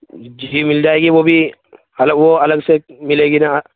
جی مل جائے گی وہ بھی ہلو وہ الگ سے ملے گی نا